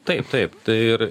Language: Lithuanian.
taip taip tai ir